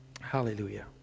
Hallelujah